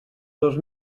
dos